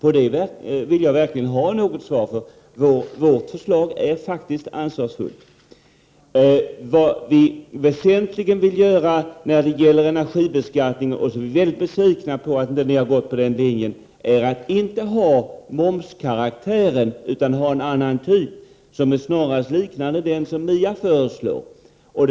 Jag vill faktiskt ha en kommentar till det här av Lars Hedfors, för vårt förslag är verkligen ansvarsfullt. När det gäller energibeskattningen är vi väldigt besvikna att ni gått på linjen att förorda moms, i stället för någon annan typ som är snarlik den som föreslås av MIA.